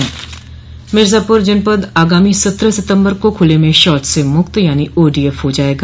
मिर्जापुर जनपद आगामी सत्रह सितम्बर को खुले में शौच से मुक्त ओडीएफ हो जायेगा